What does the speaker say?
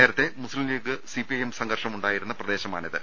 നേരത്തെ മുസ്ലിം ലീഗ് സിപിഐഎം സംഘർഷം ഉണ്ടായിരുന്ന പ്രദേശമാണിത്